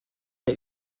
der